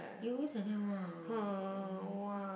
you always like that one